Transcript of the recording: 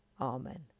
Amen